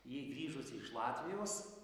ji grįžusi iš latvijos